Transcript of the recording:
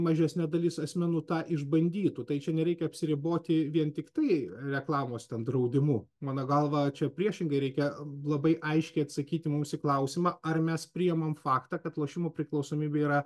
mažesnė dalis asmenų tą išbandytų tai čia nereikia apsiriboti vien tiktai reklamos ten draudimu mano galva čia priešingai reikia labai aiškiai atsakyti mums į klausimą ar mes priimam faktą kad lošimų priklausomybė yra